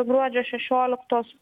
gruodžio šešioliktos